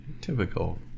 typical